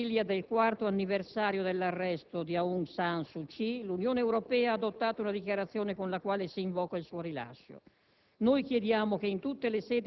Recentemente, alla vigilia del quarto anniversario dell'arresto di Aung San Suu Kyi, l'Unione Europea ha adottato una dichiarazione con la quale si invoca il suo rilascio.